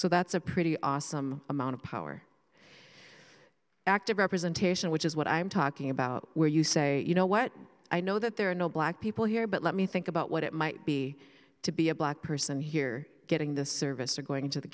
so that's a pretty awesome amount of power active representation which is what i'm talking about where you say you know what i know that there are no black people here but let me think about what it might be to be a black person here getting this service or going to the